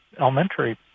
elementary